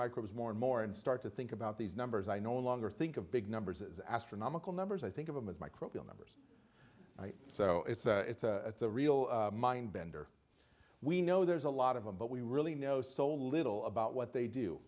microbes more and more and start to think about these numbers i no longer think of big numbers as astronomical numbers i think of them as microbial numbers so it's a real mind bender we know there's a lot of them but we really know so little about what they do